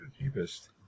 cheapest